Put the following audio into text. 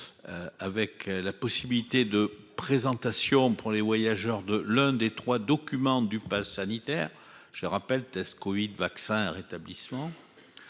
avec la possibilité de présentation pour les voyageurs de l'un des 3 documents du Pass sanitaire je rappelle test Covid vaccin rétablissement